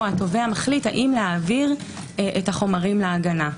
התובע מחליט אם להעביר את החומרים להגנה.